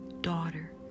daughter